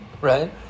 Right